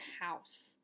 house